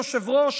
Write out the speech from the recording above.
אדוני היושב-ראש,